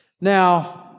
Now